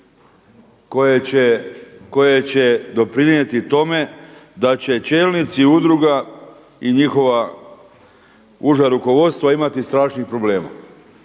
koje će doprinijeti tome da će čelnici udruga i njihova uža rukovodstva imati strašnih problema.